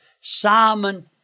Simon